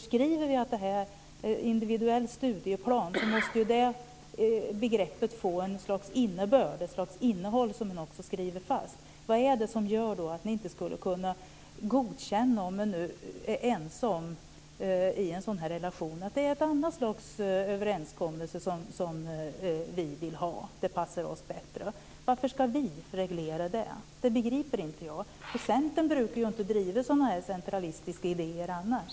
Skriver vi in begreppet individuell studieplan måste det ju få något slags innehåll som skrivs fast. Om man nu är ense om att det är en annan slags överenskommelse som passar bättre, varför ska då vi reglera detta? Detta begriper inte jag, för Centern brukar ju inte driva den här typen av centralistiska idéer annars.